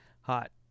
hot